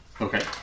Okay